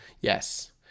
Yes